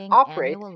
operate